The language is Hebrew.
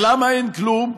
ולמה אין כלום?